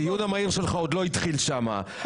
הדיון המהיר שלך עוד לא התחיל שם,